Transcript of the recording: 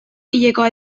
hilekoa